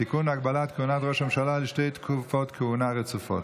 תיקון הגבלת כהונת ממשלה לשתי תקופות כהונה רצופות.